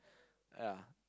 yeah